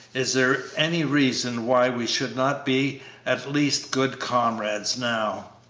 is there any reason why we should not be at least good comrades now?